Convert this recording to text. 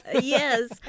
Yes